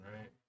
right